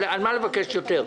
על מה לבקש יותר?